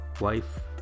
wife